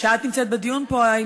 שאת נמצאת בדיון פה,